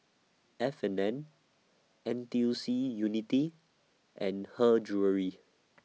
F and N N T U C Unity and Her Jewellery